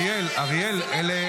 אריאל, רגע, אני מדבר.